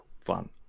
fun